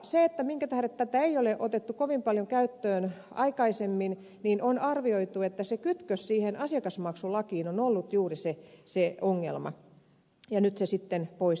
se minkä tähden tätä ei ole otettu kovin paljon käyttöön aikaisemmin niin on arvioitu että se kytkös asiakasmaksulakiin on ollut juuri se ongelma ja nyt se sitten poistetaan